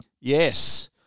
Yes